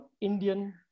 Indian